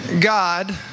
God